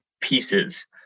pieces